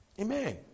Amen